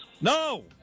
No